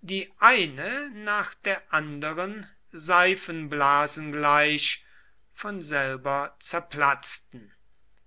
die eine nach der anderen seifenblasen gleich von selber zerplatzten